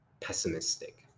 pessimistic